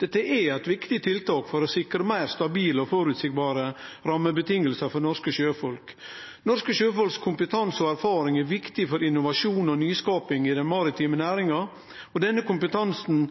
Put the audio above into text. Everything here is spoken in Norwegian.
Dette er eit viktig tiltak for å sikre meir stabile og føreseielege rammevilkår for norske sjøfolk. Kompetansen og erfaringa til norske sjøfolk er viktig for innovasjon og nyskaping i den maritime næringa. Den kompetansen